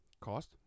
cost